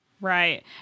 right